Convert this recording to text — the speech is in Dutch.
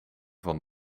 van